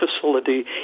facility